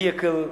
Vehicle,